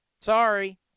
Sorry